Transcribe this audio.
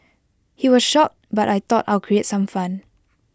he was shocked but I thought I'd create some fun